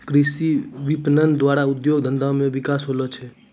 कृषि विपणन द्वारा उद्योग धंधा मे भी बिकास होलो छै